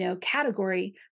category